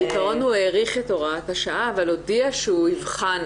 בעקרון הוא האריך את הוראת השעה אבל הודיע שהוא יבחן,